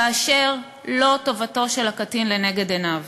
כאשר לא טובתו של הקטין לנגד עיניו.